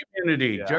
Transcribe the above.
community